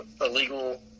illegal